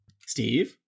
Steve